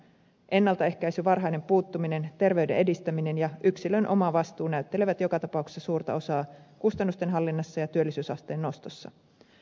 ennaltaehkäisy varhainen puuttuminen terveyden edistäminen ja yksilön omavastuu näyttelevät joka tapauksessa suurta osaa kustannusten hallinnassa ja työllisyysasteen nostossa